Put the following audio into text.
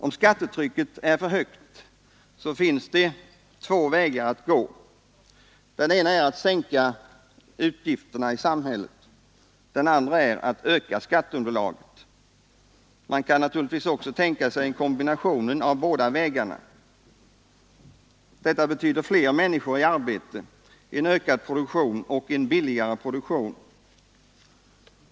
Om skattetrycket är för högt finns det två vägar att gå för att komma till rätta med problemet. Den ena är att sänka utgifterna i samhället. Den andra är att öka skatteunderlaget. Man kan naturligtvis också tänka sig kombinationen av båda vägarna. Detta betyder fler människor i arbete, en ökad produktion och en billigare produktion.